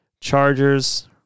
Chargers